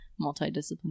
multidisciplinary